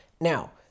Now